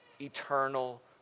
eternal